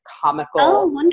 comical